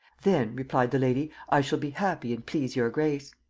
then, replied the lady, i shall be happy, and please your grace'.